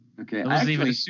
Okay